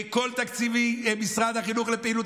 כל תקציבי משרד החינוך לפעילות.